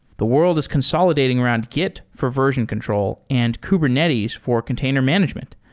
the world is consolidating around git for version control and kubernetes for container management.